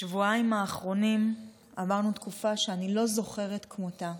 בשבועיים האחרונים עברנו תקופה שאני לא זוכרת כמותה,